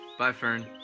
bye fern.